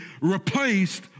replaced